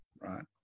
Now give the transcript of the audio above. right